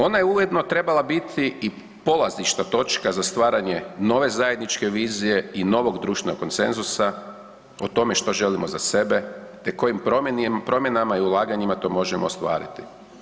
Ona je ujedno trebala biti i polazišna točka za stvaranje nove zajedničke vizije i novog društvenog konsenzusa o tome što želimo za sebe te kojim promjenama i ulaganjima to možemo ostvariti.